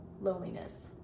loneliness